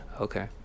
Okay